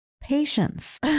patience